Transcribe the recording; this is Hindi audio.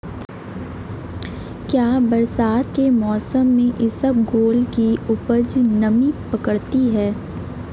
क्या बरसात के मौसम में इसबगोल की उपज नमी पकड़ती है?